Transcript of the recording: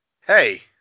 hey